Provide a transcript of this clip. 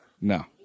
No